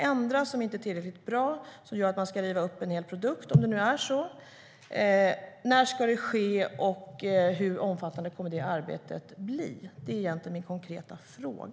Vad är det som inte är tillräckligt bra och som gör att man ska riva upp en hel produkt, om det nu är så? När ska det ske, och hur omfattande kommer arbetet att bli?